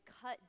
cut